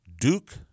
Duke